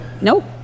Nope